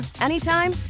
anytime